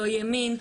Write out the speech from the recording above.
לא ימין,